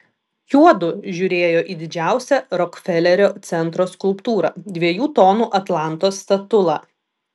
juodu žiūrėjo į didžiausią rokfelerio centro skulptūrą dviejų tonų atlanto statulą